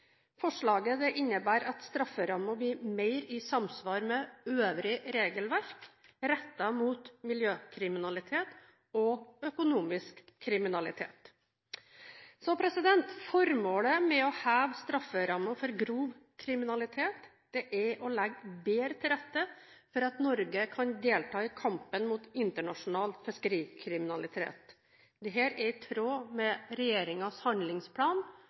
Forslaget innebærer at strafferammen blir mer i samsvar med øvrig regelverk rettet mot miljøkriminalitet og økonomisk kriminalitet. Formålet med å heve strafferammen for grov kriminalitet er å legge bedre til rette for at Norge kan delta i kampen mot internasjonal fiskerikriminalitet. Dette er i tråd med regjeringens handlingsplan